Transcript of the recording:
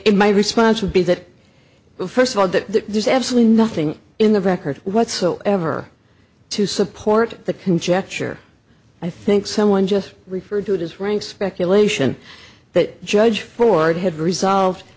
it my response would be that first of all that there's absolutely nothing in the record whatsoever to support the conjecture i think someone just referred to it as rank speculation that judge ford had resolved